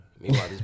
Meanwhile